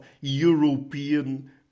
European